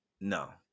No